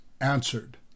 answered